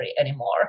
anymore